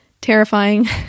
terrifying